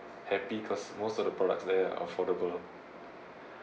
happy because most of the products there are affordable